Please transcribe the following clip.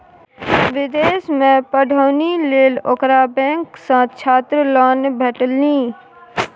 विदेशमे पढ़ौनी लेल ओकरा बैंक सँ छात्र लोन भेटलनि